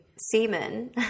semen